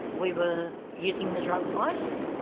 we were using the drug ice,